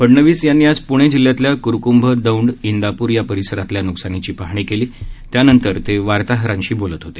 फडणवीस यांनी आज पूणे जिल्ह्यातल्या क्रकंभ दौड इंदापूर या परिसरातल्या न्कसानीची पाहणी केली त्यानंतर ते वार्ताहरांशी बोलत होते